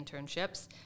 internships